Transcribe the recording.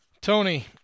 Tony